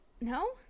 No